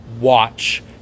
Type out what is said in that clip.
watch